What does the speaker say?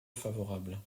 favorable